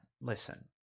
Listen